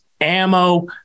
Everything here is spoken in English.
ammo